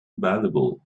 valuable